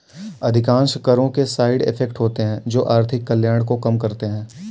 अधिकांश करों के साइड इफेक्ट होते हैं जो आर्थिक कल्याण को कम करते हैं